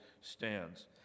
stands